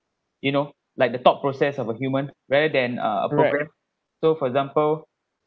you know like the thought process of a human rather than uh program so for example